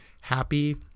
happy